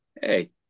Hey